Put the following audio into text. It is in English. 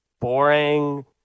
boring